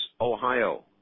Ohio